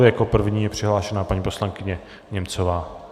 Jako první je přihlášena paní poslankyně Němcová.